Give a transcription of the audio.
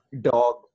Dog